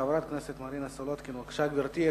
חברת הכנסת מרינה סולודקין, בבקשה, גברתי.